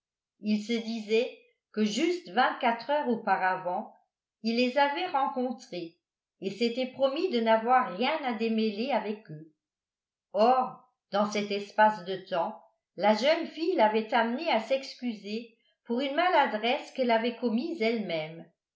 il se disait que juste vingt-quatre heures auparavant il les avait rencontrés et s'était promis de n'avoir rien à démêler avec eux or dans cet espace de temps la jeune fille l'avait amené à s'excuser pour une maladresse qu'elle avait commise elle-même